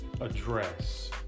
address